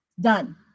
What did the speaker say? done